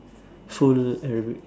full Arabic